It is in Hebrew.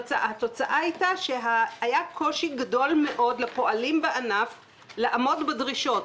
התוצאה הייתה שהיה קושי גדול מאוד לפועלים בענף לעמוד בדרישות.